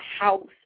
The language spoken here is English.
house